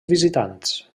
visitants